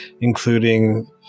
including